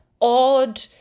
odd